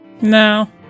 No